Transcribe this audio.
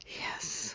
Yes